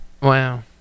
Wow